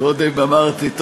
קודם אמרתי,